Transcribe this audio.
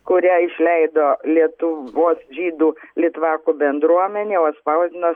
kurią išleido lietuvos žydų litvakų bendruomenė o atspausdino